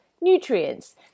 nutrients